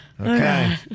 Okay